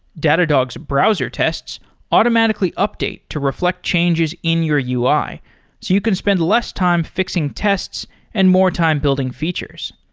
datadog's browser tests automatically update to refl ect changes in your ui so you can spend less time fi xing tests and more time building features.